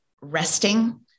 resting